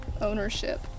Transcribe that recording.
ownership